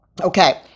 Okay